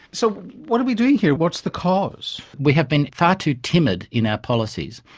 so what are we doing here? what's the cause? we have been far too timid in our policies.